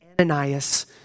Ananias